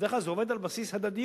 ובדרך כלל זה עובד על בסיס הדדיות.